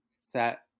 set